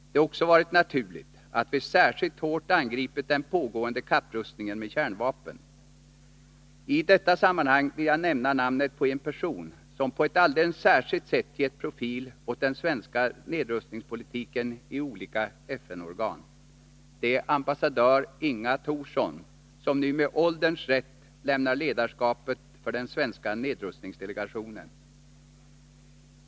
Det har också varit naturligt att vi särskilt hårt angripit den pågående kapprustningen med kärnvapen. I detta sammanhang vill jag nämna namnet på en person som på ett alldeles särskilt sätt gett profil åt den svenska nedrustningspolitiken i olika FN-organ. Det är ambassadör Inga Thorsson, som nu med ålderns rätt lämnar ledarskapet för den svenska nedrustningsdelegationen.